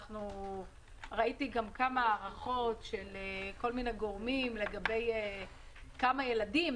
ראיתי גם כמה הערכות של כל מיני גורמים לגבי כמה ילדים.